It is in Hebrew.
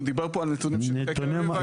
הוא דיבר פה על נתונים של חקר ימים ואגמים.